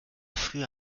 früher